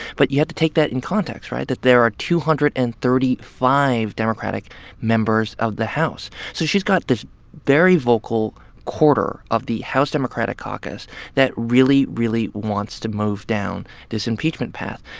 but you have to take that in context right? that there are two hundred and thirty five democratic members of the house. so she's got this very vocal quarter of the house democratic democratic caucus that really, really wants to move down this impeachment path.